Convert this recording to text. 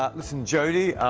ah listen jodie,